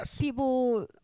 people